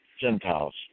Gentiles